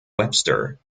webster